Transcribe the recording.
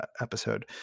episode